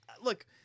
look